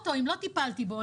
אם לא טיפלתי באוטו,